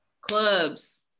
clubs